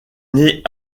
née